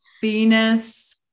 venus